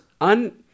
un